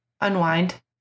unwind